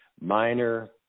minor